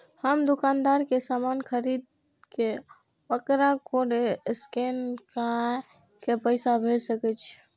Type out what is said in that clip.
हम दुकानदार के समान खरीद के वकरा कोड स्कैन काय के पैसा भेज सके छिए?